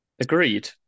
agreed